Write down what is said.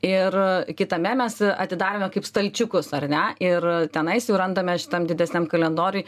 ir kitame mes atidarome kaip stalčiukus ar ne ir tenais jau randame šitam didesniam kalendoriuj